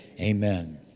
Amen